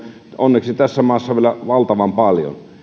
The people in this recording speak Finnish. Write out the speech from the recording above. onneksi tässä maassa vielä valtavan paljon